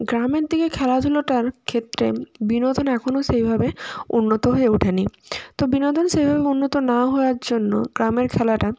গ্রামের দিকে খেলাধুলোটার ক্ষেত্রে বিনোদন এখনো সেভাবে উন্নত হয়ে ওঠে নি তো বিনোদন সেভাবে উন্নত না হওয়ার জন্য গ্রামের খেলাটা